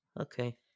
Okay